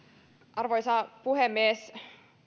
arvoisa puhemies